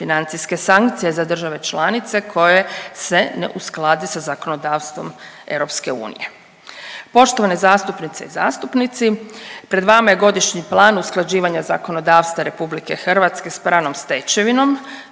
financijske sankcije za države članice koje se ne usklade sa zakonodavstvom EU. Poštovane zastupnice i zastupnici, pred vama je Godišnji plan usklađivanja zakonodavstva RH s pravnom stečevinom.